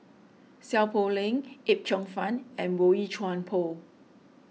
Seow Poh Leng Yip Cheong Fun and Boey Chuan Poh